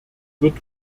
wird